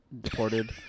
deported